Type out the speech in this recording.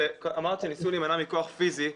אמרת שניסו להימנע מכח פיזי,